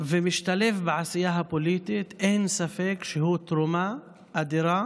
משתלב בעשייה הפוליטית, אין ספק שהוא תרומה אדירה